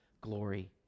glory